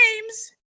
games